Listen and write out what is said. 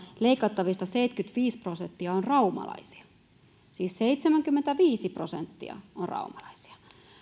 leikattavista seitsemänkymmentäviisi prosenttia on raumalaisia siis seitsemänkymmentäviisi prosenttia on raumalaisia